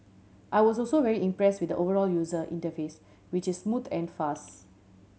I was also very impress with the overall user interface which is smooth and fast